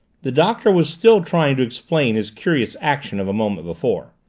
the doctor was still trying to explain his curious action of a moment before.